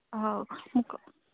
ଆଉ